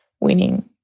winning